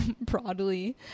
broadly